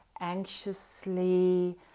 anxiously